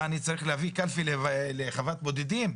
מה, אני צריך להביא קלפי לחוות בודדים?